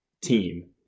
team